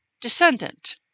descendant